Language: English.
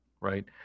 right